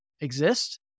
exist